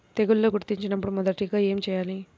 తెగుళ్లు గుర్తించినపుడు మొదటిగా ఏమి చేయాలి?